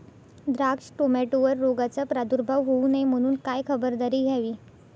द्राक्ष, टोमॅटोवर रोगाचा प्रादुर्भाव होऊ नये म्हणून काय खबरदारी घ्यावी?